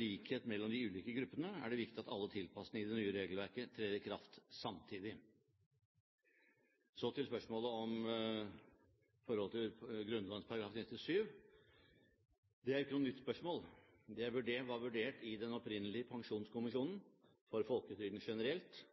likhet mellom de ulike gruppene er det viktig at alle tilpasningene i det nye regelverket trer i kraft samtidig. Så til spørsmålet om forholdet til Grunnloven § 97. Det er jo ikke noe nytt spørsmål, for det var vurdert i den opprinnelige Pensjonskommisjonen for folketrygden generelt,